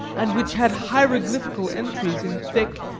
and which had hieroglyphical entries in thick,